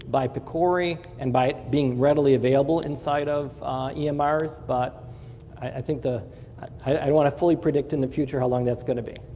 by pcori and by being readily available inside of emrs, but i think i don't want to fully predict in the future how long that's going to be.